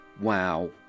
Wow